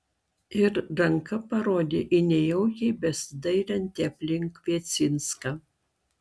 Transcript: ir ranka parodė į nejaukiai besidairantį aplink kviecinską